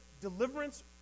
deliverance